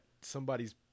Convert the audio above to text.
somebody's